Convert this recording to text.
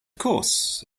course